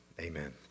Amen